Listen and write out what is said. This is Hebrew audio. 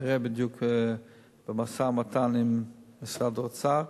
נראה בדיוק במשא-ומתן עם משרד האוצר.